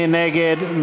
מי נגד?